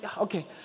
Okay